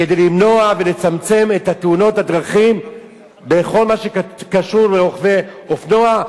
כדי למנוע ולצמצם את תאונות הדרכים בכל מה שקשור לרוכבי אופנוע.